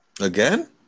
Again